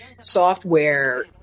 software